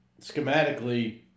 schematically